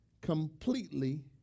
completely